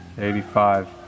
eighty-five